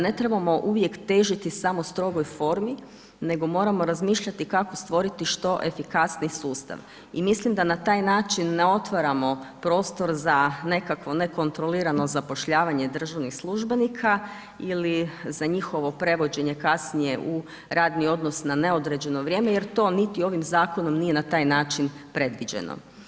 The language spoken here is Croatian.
Ne trebamo uvijek težiti samo strogoj formi, nego moramo razmišljati kako stvoriti što efikasniji sustav i mislim da na taj način ne otvaramo prostor za nekakvo nekontrolirano zapošljavanje državnih službenika ili za njihovo prevođenje kasnije u radni odnos na neodređeno vrijeme, jer to niti ovim zakonom nije na taj način predviđeno.